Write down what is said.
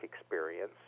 experience